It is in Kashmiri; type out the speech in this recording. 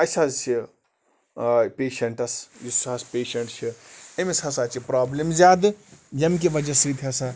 اَسہِ حظ چھِ پیشنٛٹَس یُس حظ پیشنٛٹ چھُ أمِس ہسا چھِ پرٛابلِم زیادٕ ییٚمۍ کہِ وَجہ سۭتۍ ہسا